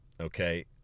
okay